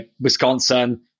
Wisconsin